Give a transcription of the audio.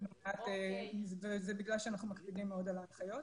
זה מעט וזה בגלל שאנחנו מקפידים מאוד על ההנחיות.